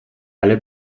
alle